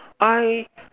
I